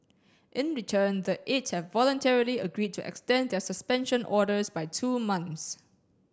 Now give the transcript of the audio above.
in return the eight have voluntarily agreed to extend their suspension orders by two months